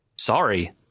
sorry